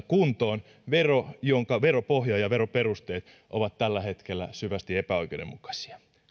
kuntoon veron jonka veropohja ja veroperuste ovat tällä hetkellä syvästi epäoikeudenmukaisia